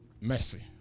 Mercy